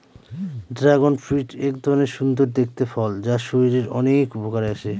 dragon fruit এক ধরনের সুন্দর দেখতে ফল যা শরীরের অনেক উপকারে আসে